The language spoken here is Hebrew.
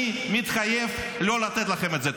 אני מתחייב לא לתת לכם את זה.